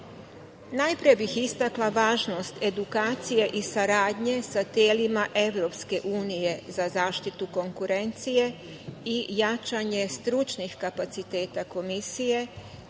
bih istakla važnost edukacije i saradnje sa telima EU za zaštitu konkurencije i jačanje stručnih kapaciteta Komisije,